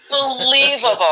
Unbelievable